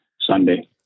Sunday